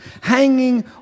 hanging